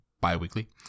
bi-weekly